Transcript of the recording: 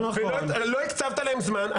לא הקצבת להם זמן.